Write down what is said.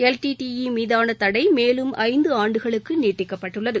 LTTE மீதான தடை மேலும் ஐந்து ஆண்டுகளுக்கு நீட்டிக்கப்பட்டுள்ளது